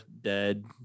dead